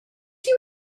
you